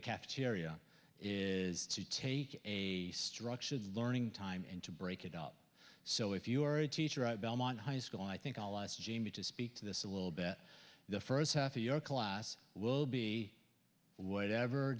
the cafeteria is to take a structured learning time and to break it up so if you are a teacher at belmont high school i think all eyes jamie to speak to this a little bit the first half of your class will be whatever